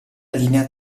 linea